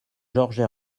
georges